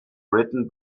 written